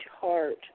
heart